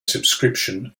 subscription